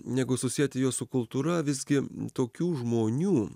negu susieti juos su kultūra visgi tokių žmonių